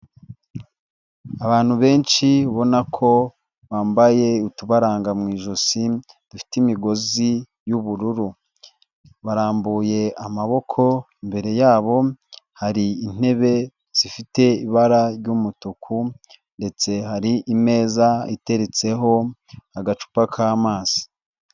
Abantu benshi ubona ko bambaye utubaranga mu ijosi dufite imigozi y'ubururu, barambuye amaboko imbere yabo hari intebe zifite ibara ry'umutuku ndetse hari imeza iteretseho agacupa k'amazi.